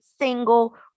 single